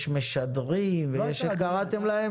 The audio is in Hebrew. איך קראתם להם?